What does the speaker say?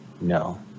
no